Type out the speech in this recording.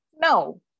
no